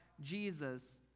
Jesus